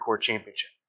Championship